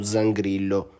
Zangrillo